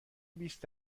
بیست